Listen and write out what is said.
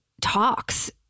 talks